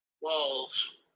walls